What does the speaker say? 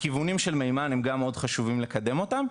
הכיוונים של מימן הם גם מאוד חשובים לקדם אותם,